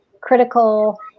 critical